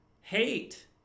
hate